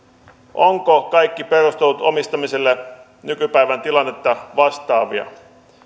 ovatko kaikki perustelut omistamiselle nykypäivän tilannetta vastaavia